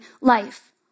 life